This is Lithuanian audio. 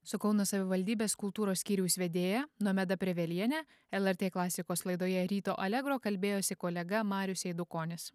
su kauno savivaldybės kultūros skyriaus vedėja nomeda preveliene lrt klasikos laidoje ryto alegro kalbėjosi kolega marius eidukonis